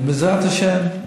בעזרת השם,